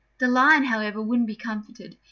the lion, however, wouldn't be comforted,